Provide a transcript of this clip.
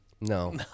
No